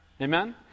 Amen